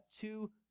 two